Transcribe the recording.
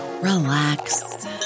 relax